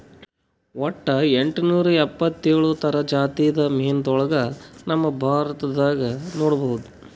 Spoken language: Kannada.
ವಟ್ಟ್ ಎಂಟನೂರಾ ಎಪ್ಪತ್ತೋಳ್ ಥರ ಜಾತಿದ್ ಮೀನ್ಗೊಳ್ ನಮ್ ಭಾರತದಾಗ್ ನೋಡ್ಬಹುದ್